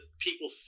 people